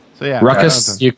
ruckus